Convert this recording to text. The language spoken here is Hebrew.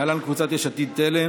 להלן: קבוצת יש עתיד-תל"ם,